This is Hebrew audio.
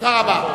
תודה רבה.